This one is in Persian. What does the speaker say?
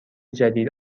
جدید